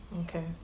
Okay